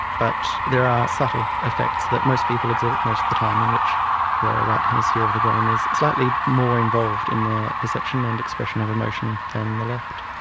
but there are subtle effects that most people exhibit most of the time in which the right hemisphere of the brain is slightly more involved in the perception and expression of emotion than the left.